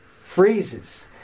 freezes